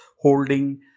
holding